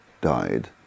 died